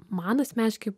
man asmeniškai